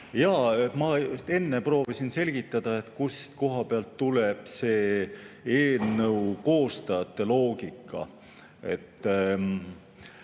Ma enne proovisin selgitada, kust koha pealt tuleb eelnõu koostajate loogika. See